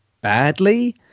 badly